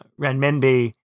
renminbi